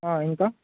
ఇంకా